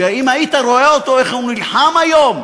שאם היית רואה אותו איך הוא נלחם היום,